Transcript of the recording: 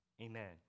Amen